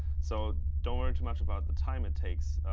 so don't worry too much about the time it takes.